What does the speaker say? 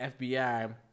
FBI